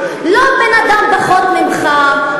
לא בן-אדם פחות ממך,